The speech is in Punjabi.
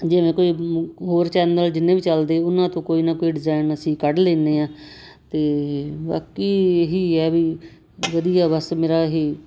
ਜਿਵੇਂ ਕੋਈ ਹੋਰ ਚੈਨਲ ਜਿੰਨੇ ਵੀ ਚੱਲਦੇ ਉਹਨਾਂ ਤੋਂ ਕੋਈ ਨਾ ਕੋਈ ਡਿਜ਼ਾਇਨ ਅਸੀਂ ਕੱਢ ਲੈਂਦੇ ਹਾਂ ਅਤੇ ਬਾਕੀ ਇਹੀ ਹੈ ਵੀ ਵਧੀਆ ਬਸ ਮੇਰਾ ਹੀ